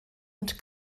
und